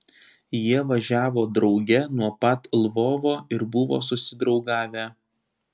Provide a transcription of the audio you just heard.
jie važiavo drauge nuo pat lvovo ir buvo susidraugavę